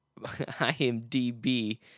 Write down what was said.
imdb